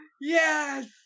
Yes